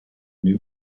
new